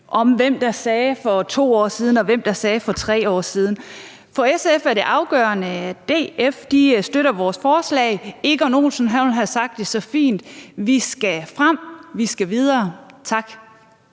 hvem der sagde hvad for 2 år siden, og hvem der sagde hvad for 3 år siden. For SF er det afgørende, at DF støtter vores forslag. Egon Olsen ville have sagt det så fint: Vi skal frem, vi skal videre. Tak.